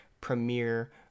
premiere